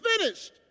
finished